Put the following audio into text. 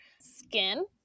skin